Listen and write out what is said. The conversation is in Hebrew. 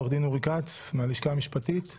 עו"ד אורי כץ מהלשכה המשפטית,